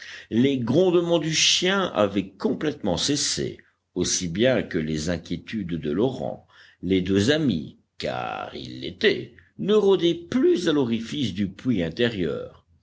les grondements du chien avaient complètement cessé aussi bien que les inquiétudes de l'orang les deux amis car ils l'étaient ne rôdaient plus à l'orifice du puits intérieur